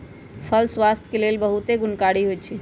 फल स्वास्थ्य के लेल बहुते गुणकारी होइ छइ